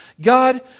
God